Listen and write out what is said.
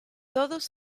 todos